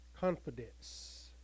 Confidence